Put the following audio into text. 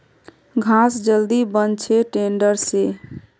घास जल्दी बन छे टेडर से